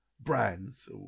brands